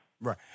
Right